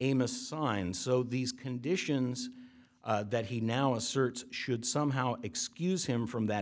amos signed so these conditions that he now asserts should somehow excuse him from that